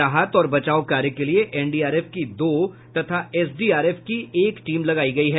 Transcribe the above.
राहत और बचाव कार्य के लिए एनडीआरएफ की दो तथा एसडीआरएफ की एक टीम लगायी गयी है